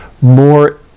more